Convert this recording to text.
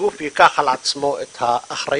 גוף ייקח על עצמו את האחריות